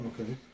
Okay